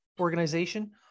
organization